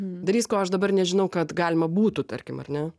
darys ko aš dabar nežinau kad galima būtų tarkim ar ne